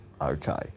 okay